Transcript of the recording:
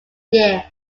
year